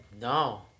No